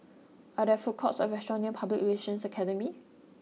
are there food courts or restaurants near Public Relations Academy